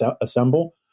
assemble